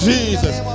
Jesus